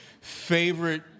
favorite